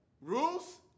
rules